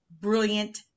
Brilliant